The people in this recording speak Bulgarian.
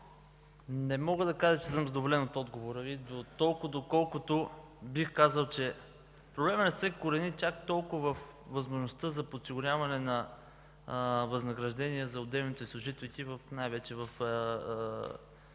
не мога да кажа, че съм задоволен от отговора Ви. Бих казал, че проблемът не се корени чак толкова във възможността за подсигуряване на възнаграждение за отделните служителки, най-вече в